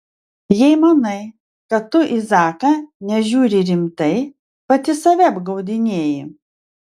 jei manai kad tu į zaką nežiūri rimtai pati save apgaudinėji